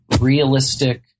realistic